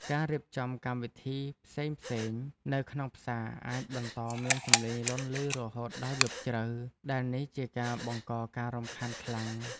ការរៀបចំកម្មវិធីផ្សេងៗនៅក្នុងផ្សារអាចបន្តមានសំឡេងលាន់ឮរហូតដល់យប់ជ្រៅ ដែលនេះជាការបង្កការរំខានខ្លាំង។